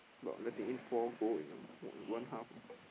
about letting in four goal in a one one half ah